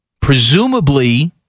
Presumably